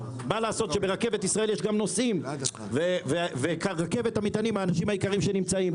מה לעשות שברכבת ישראל יש גם נוסעים והאנשים העיקריים שנמצאים.